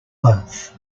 both